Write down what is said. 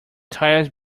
tires